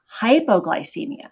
hypoglycemia